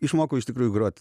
išmokau iš tikrųjų grot